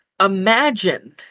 imagine